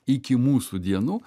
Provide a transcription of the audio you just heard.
iki mūsų dienų